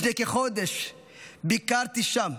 לפני כחודש ביקרתי שם,